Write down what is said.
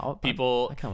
People